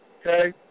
Okay